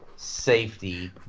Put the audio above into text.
Safety